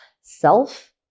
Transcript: self